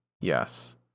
Yes